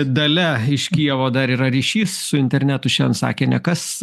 dalia iš kijevo dar yra ryšys su internetu šian sakė ne kas